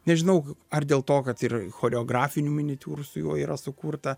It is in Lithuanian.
nežinau ar dėl to kad ir choreografinių miniatiūrų su juo yra sukurta